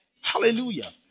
Hallelujah